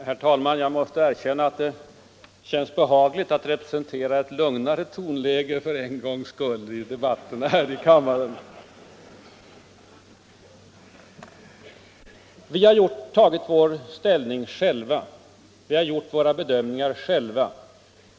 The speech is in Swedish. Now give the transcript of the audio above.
Herr talman! Jag måste erkänna att det känns behagligt att representera ett lugnare tonläge för en gångs skull i debatten här i kammaren. Vi har tagit ställning själva. Vi har gjort våra bedömningar själva.